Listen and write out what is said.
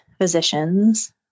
physicians